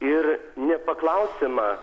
ir nepaklausiama